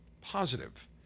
positive